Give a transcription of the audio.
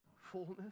fullness